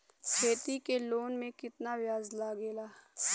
खेती के लोन में कितना ब्याज लगेला?